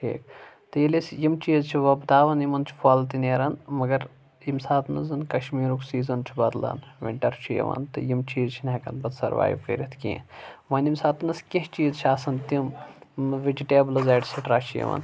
ٹھیٖک تہٕ ییٚلہِ أسۍ یِم چیٖز چھِ وۄپداوان یِمَن چھُ پھَل تہِ نیران مگر ییٚمہِ ساتہٕ نہٕ زَن کشمیٖرُک سیٖزَن چھُ بدلان وِنٹَر چُھ یِوان تہٕ یِم چیٖز چھِنہٕ ہٮ۪کَان پَتہٕ سٔروایِو کٔرِتھ کینٛہہ وَنہِ ییٚمہِ ساتنَس کینٛہہ چیٖز چھِ آسَان تِم یِمہٕ وِجِٹیبٕلٕز ایٚکسٹرٛا چھِ یِوان